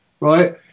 right